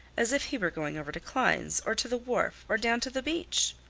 as if he were going over to klein's or to the wharf or down to the beach?